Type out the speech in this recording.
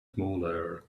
smaller